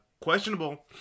questionable